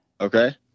Okay